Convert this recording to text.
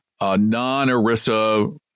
non-ERISA –